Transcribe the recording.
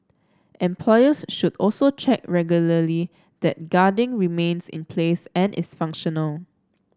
employers should also check regularly that the guarding remains in place and is functional